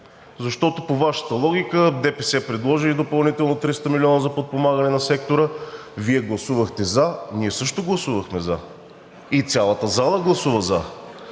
защото по Вашата логика ДПС предложи и допълнително 300 милиона за подпомагане на сектора, Вие гласувахте за, ние също гласувахме за и цялата зала гласува за,